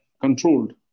controlled